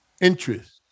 interest